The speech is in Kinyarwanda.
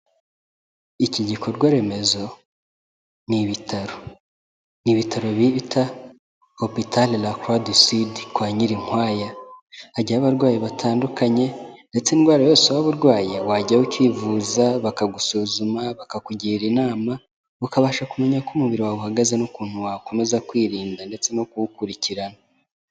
Iki gikorwa remezo ni ibitaro, ni ibitaro bi bita Hopital La Croix du Sud kwa Nyirinkwaya, hajyayo abarwayi batandukanye ndetse indwara yose waba urwaye wajyayo ukivuza, bakagusuzuma, bakakugira inama, ukabasha kumenya uko umubiri wawe uhagaze n'ukuntu wakomeza kwirinda ndetse no kuwukurikirana.